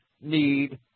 need